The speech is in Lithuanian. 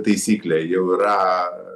taisyklė jau yra